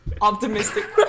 Optimistic